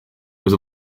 was